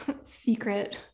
secret